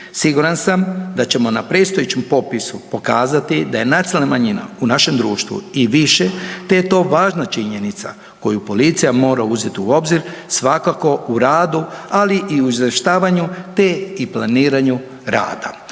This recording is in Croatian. Siguran sam da ćemo na predstojećem popisu pokazati da je nacionalna manjina u našem društvu i više te je to važna činjenica koju policija mora uzeti u obzir svakako u radu, ali i u izvještavanju te i planiranju rada.